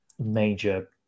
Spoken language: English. major